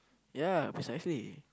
ya precisely